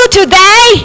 today